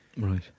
Right